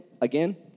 again